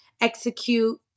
execute